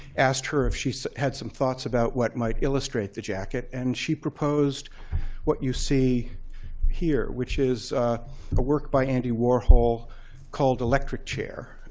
asked her if she had some thoughts about what might illustrate the jacket. and she proposed what you see here, which is a work by andy warhol called electric chair.